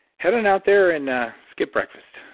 head on out there and skip breakfast.